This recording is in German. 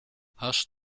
hast